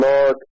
Lord